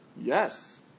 yes